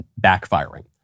backfiring